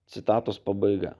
citatos pabaiga